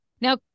Now